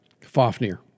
Fafnir